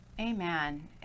Amen